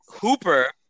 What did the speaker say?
Hooper